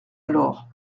alors